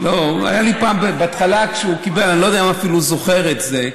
אני לא יודע אם הוא זוכר את זה.